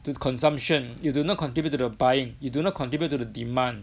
to consumption you do not contribute to the buying you do not contribute to the demand